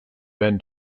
ben